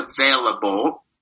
available